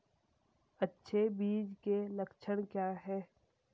अच्छे बीज के लक्षण क्या हैं?